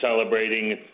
celebrating